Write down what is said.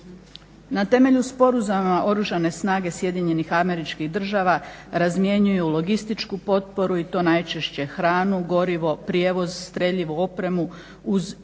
Na temelju sporazuma Oružane snage SAD razmjenjuju logističku potporu i to najčešće hranu, gorivo, prijevoz, streljivo, opremu uz izričito